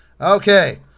Okay